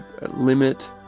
limit